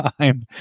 time